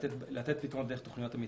ולתת פתרונות דרך תוכניות המתאר.